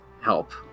help